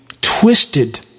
twisted